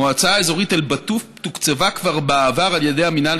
מועצה אזורית אל-בטוף תוקצבה כבר בעבר על ידי המינהל